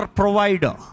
provider